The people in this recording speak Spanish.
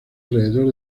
alrededor